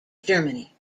germany